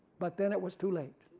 but then it was too late.